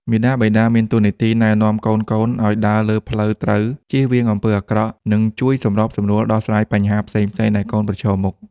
មាតាបិតាមានតួនាទីណែនាំកូនៗឲ្យដើរលើផ្លូវត្រូវ ចៀសវាងអំពើអាក្រក់ និងជួយសម្របសម្រួលដោះស្រាយបញ្ហាផ្សេងៗដែលកូនប្រឈមមុខ។